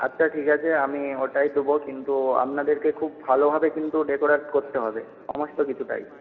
আচ্ছা ঠিক আছে আমি ওটাই দেব কিন্তু আপনাদেরকে খুব ভালোভাবে কিন্তু ডেকরেট করতে হবে সমস্ত কিছুটাই